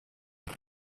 bay